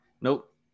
Nope